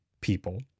people